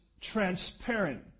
transparent